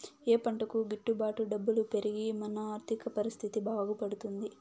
ఏ పంటకు గిట్టు బాటు డబ్బులు పెరిగి మన ఆర్థిక పరిస్థితి బాగుపడుతుంది?